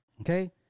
Okay